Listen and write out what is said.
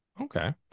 okay